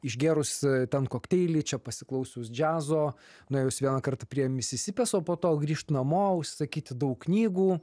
išgėrus ten kokteilį čia pasiklausius džiazo nuėjus vienąkart prie misisipės o po to grįžt namo užsakyti daug knygų